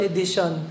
Edition